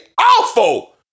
awful